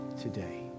today